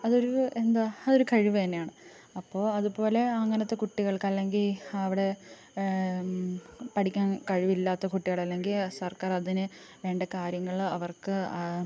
അതൊരു എന്താ അതൊരു കഴിവ് തന്നെയാണ് അപ്പോൾ അത് പോലെ അങ്ങനത്തെ കുട്ടികൾക്ക് അല്ലെങ്കിൽ അവിടെ പഠിക്കാൻ കഴിവില്ലാത്ത കുട്ടികൾ അല്ലെങ്കിൽ സർക്കാർ അതിന് വേണ്ട കാര്യങ്ങൾ അവർക്ക്